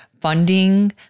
funding